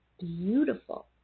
beautiful